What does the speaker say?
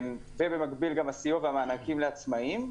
ובמקביל, גם הסיוע והמענקים לעצמאיים.